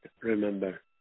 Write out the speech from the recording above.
remember